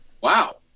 Wow